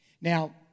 Now